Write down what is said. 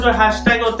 hashtag